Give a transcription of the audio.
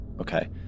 Okay